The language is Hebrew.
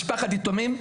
משפחת יתומים,